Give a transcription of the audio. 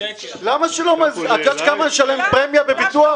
למה לא את יודעת כמה נשלם פרמיה בביטוח?